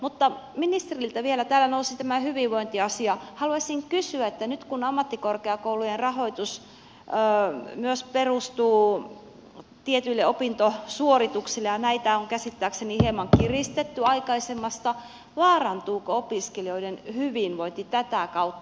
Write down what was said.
mutta ministeriltä vielä täällä nousi tämä hyvinvointiasia haluaisin kysyä että nyt kun ammattikorkeakoulujen rahoitus myös perustuu tietyille opintosuorituksille ja näitä on käsittääkseni hieman kiristetty aikaisemmasta vaarantuuko opiskelijoiden hyvinvointi tätä kautta